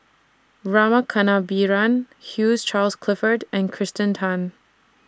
Rama Kannabiran Hugh Charles Clifford and Kirsten Tan